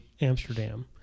Amsterdam